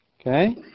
Okay